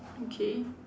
okay